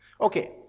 Okay